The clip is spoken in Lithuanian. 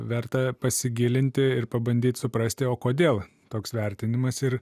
verta pasigilinti ir pabandyt suprasti o kodėl toks vertinimas ir